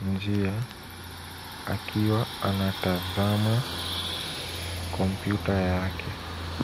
njia akiwa anatazama kompyuta yake.